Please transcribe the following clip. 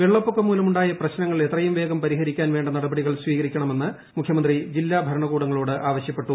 വെള്ളപ്പൊക്കം മൂലമുണ്ടായ പ്രശ്നങ്ങൾ എത്രയും വേഗം പരിഹരിക്കാൻ വേണ്ട നടപടികൾ സ്വീകരിക്കണമെന്ന് മുഖ്യമന്ത്രി ജില്ലാ ഭരണകൂടങ്ങളോട് ആവശ്യപ്പെട്ടു